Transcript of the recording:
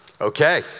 Okay